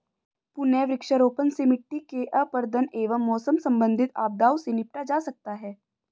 पुनः वृक्षारोपण से मिट्टी के अपरदन एवं मौसम संबंधित आपदाओं से निपटा जा सकता है